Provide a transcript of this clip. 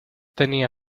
tenía